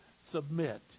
submit